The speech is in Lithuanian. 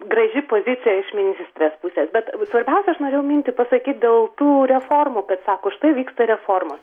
graži pozicija iš ministrės pusės bet svarbiausią aš norėjau mintį pasakyt dėl to reformų kad sako štai vyksta reformos